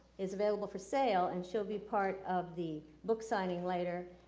is available for sale, and she'll be part of the book-signing later,